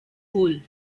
hole